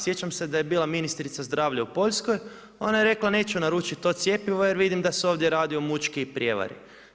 Sjećam se da je bila ministrica zdravlja u Poljskoj, ona je rekla neću naručiti to cjepivo jer vidim da se ovdje o mučki i prijevari.